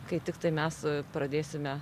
kai tiktai mes pradėsime